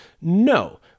No